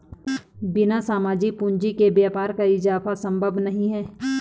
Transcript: बिना सामाजिक पूंजी के व्यापार का इजाफा संभव नहीं है